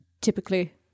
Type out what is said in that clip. Typically